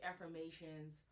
affirmations